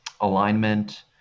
alignment